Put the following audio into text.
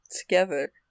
together